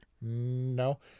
No